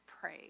pray